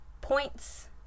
points